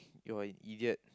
your an idiot